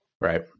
Right